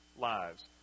lives